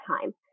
time